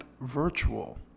virtual